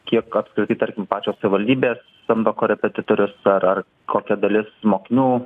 kiek apskritai tarkim pačios savivaldybės samdo korepetitorius ar ar kokia dalis mokinių